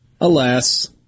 alas